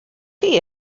chi